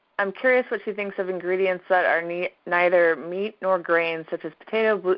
i'm curious what she thinks of ingredients that are neither neither meat nor grains such as potatoes,